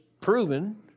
proven